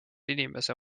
inimese